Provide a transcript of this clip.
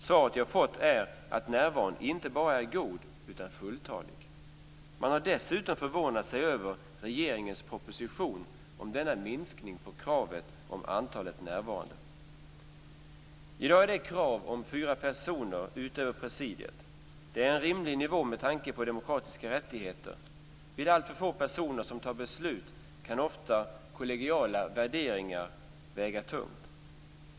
Svaret jag fått är att närvaron inte bara är god, utan fulltalig. Man har dessutom förvånat sig över regeringens proposition om denna minskning av kravet på antalet närvarande. I dag är det krav på fyra personer utöver presidiet. Det är en rimlig nivå med tanke på demokratiska rättigheter. Vid alltför få personer som fattar beslut kan ofta kollegiala värderingar väga tungt.